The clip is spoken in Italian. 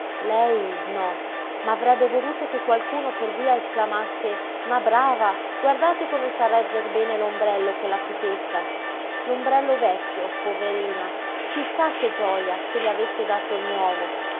lei no ma avrebbe voluto che qualcuno per via esclamasse ma brava guardate come sa regger bene l'ombrello quella pupetta l'ombrello vecchio poverina chi sa che gioja se le avesse dato il nuovo